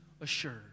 assured